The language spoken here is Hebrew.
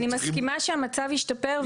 אני מסכימה שהמצב השתפר,